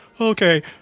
okay